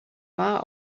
bar